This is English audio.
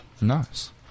Nice